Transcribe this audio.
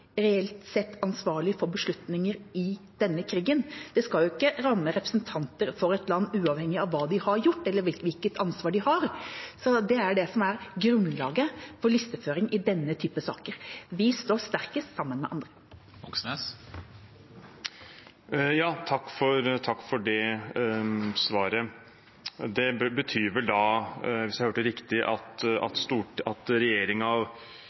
for beslutninger i denne krigen. Det skal jo ikke ramme representanter for et land uavhengig av hva de har gjort eller hvilket ansvar de har. Det er det som er grunnlaget for listeføring i denne typen saker. Vi står sterkest sammen med andre. Takk for det svaret. Det betyr vel, hvis jeg hørte riktig, at regjeringen vil fremme norske innspill til EUs sanksjonslister, hvis jeg skjønte det riktig.